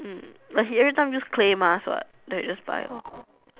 mm but he every time use clay mask so I just buy lor